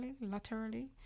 laterally